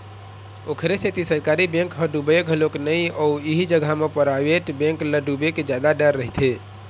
ओखरे सेती सरकारी बेंक ह डुबय घलोक नइ अउ इही जगा म पराइवेट बेंक ल डुबे के जादा डर रहिथे